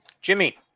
Jimmy